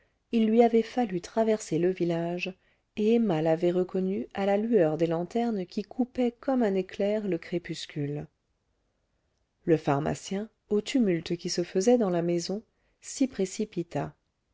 il lui avait fallu traverser le village et emma l'avait reconnu à la lueur des lanternes qui coupaient comme un éclair le crépuscule le pharmacien au tumulte qui se faisait dans la maison s'y précipita